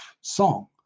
song